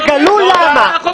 תגלו למה.